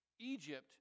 Egypt